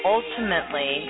ultimately